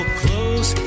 close